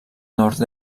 nord